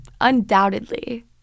undoubtedly